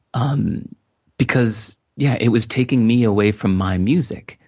um because yeah it was taking me away from my music.